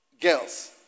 girls